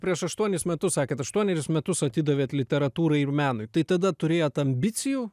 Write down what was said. prieš aštuonis metus sakėt aštuonerius metus atidavėt literatūrai ir menui tai tada turėjot ambicijų